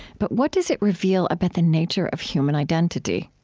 but what does it reveal about the nature of human identity?